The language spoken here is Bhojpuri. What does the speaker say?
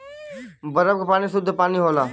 बरफ क पानी सुद्ध पानी होला